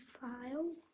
file